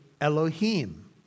Elohim